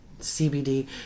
CBD